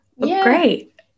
Great